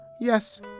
Yes